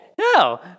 No